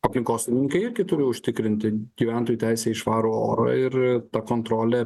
aplinkosaugininkai irgi užtikrinti gyventojų teisę į švarų orą ir ta kontrolė